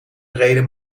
reden